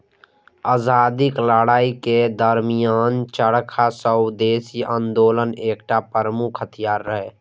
आजादीक लड़ाइ के दरमियान चरखा स्वदेशी आंदोलनक एकटा प्रमुख हथियार रहै